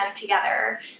together